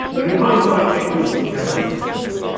and in hindsight, it was never sustainable.